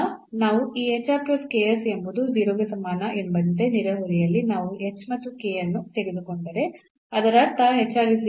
ನಾವು ಈ ಎಂಬುದು 0 ಗೆ ಸಮಾನ ಎಂಬಂತೆ ನೆರೆಹೊರೆಯಲ್ಲಿ ನಾವು ಈ h ಮತ್ತು k ಅನ್ನು ತೆಗೆದುಕೊಂಡರೆ ಅದರ ಅರ್ಥ